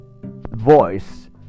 voice